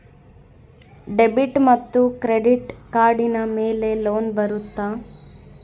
Debit ಮತ್ತು credit ಕಾರ್ಡಿನ ಮೇಲೆ ಲೋನ್ ಬರುತ್ತಾ?